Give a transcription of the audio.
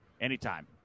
anytime